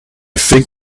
think